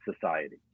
society